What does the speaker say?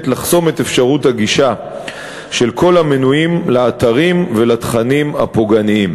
לחסום את אפשרות הגישה של כל המנויים לאתרים ולתכנים הפוגעניים.